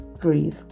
breathe